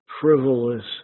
frivolous